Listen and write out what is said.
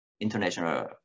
International